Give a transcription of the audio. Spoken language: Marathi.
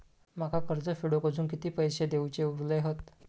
माका कर्ज फेडूक आजुन किती पैशे देऊचे उरले हत?